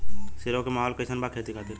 सिरोही के माहौल कईसन बा खेती खातिर?